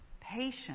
patience